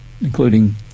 including